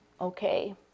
Okay